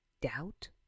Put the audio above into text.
doubt